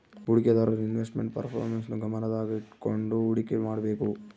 ಹೂಡಿಕೆದಾರರು investment ಪರ್ಪರ್ಮೆನ್ಸ್ ನ್ನು ಗಮನದಾಗ ಇಟ್ಕಂಡು ಹುಡಿಕೆ ಮಾಡ್ಬೇಕು